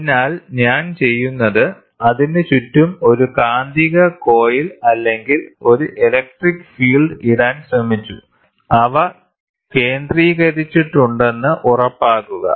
അതിനാൽ ഞാൻ ചെയ്യുന്നത് അതിനു ചുറ്റും ഒരു കാന്തിക കോയിൽ അല്ലെങ്കിൽ ഒരു ഇലക്ട്രിക് ഫീൽഡ് ഇടാൻ ശ്രമിച്ചു അവ കേന്ദ്രീകരിച്ചിട്ടുണ്ടെന്ന് ഉറപ്പാക്കുക